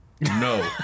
No